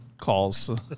calls